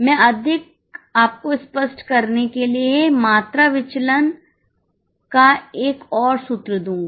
मैं आपको अधिक स्पष्ट करने के लिए मात्रा विचलन का एक और सूत्र दूँगा